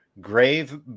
grave